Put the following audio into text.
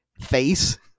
face